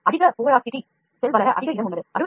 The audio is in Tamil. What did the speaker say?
அதிக புரைமை இருந்தால் செல் வளர அதிக இடம் இருக்கும்